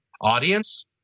audience